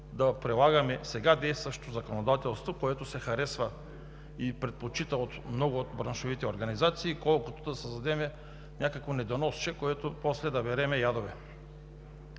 да прилагаме сега действащото законодателство, което се харесва и предпочита от много от браншовите организации, отколкото да създадем някакво недоносче, от което после да берем ядове.